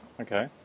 Okay